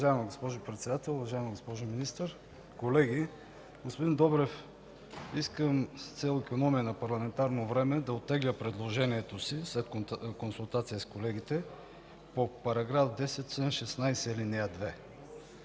колеги! Господин Добрев, искам с цел икономия на парламентарно време да оттегля предложението си, след консултация с колегите, по § 10, чл.